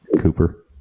Cooper